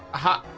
aha